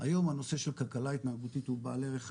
היום הנושא של כלכלה התנהגותית הוא בעל ערך חשוב,